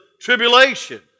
tribulation